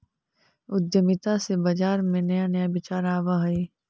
उद्यमिता से बाजार में नया नया विचार आवऽ हइ